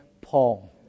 Paul